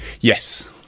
yes